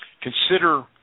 consider